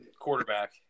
Quarterback